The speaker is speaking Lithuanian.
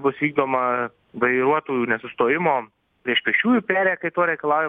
bus vykdoma vairuotojų nesustojimo prieš pėsčiųjų perėją kai to reikalauja